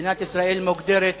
מדינת ישראל מוגדרת,